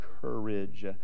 courage